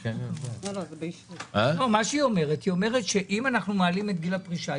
היא אומרת שאם אנחנו מעלים את גיל הפרישה,